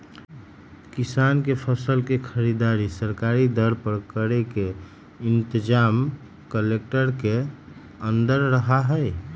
किसान के फसल के खरीदारी सरकारी दर पर करे के इनतजाम कलेक्टर के अंदर रहा हई